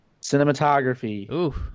Cinematography